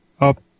up